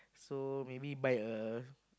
so maybe buy a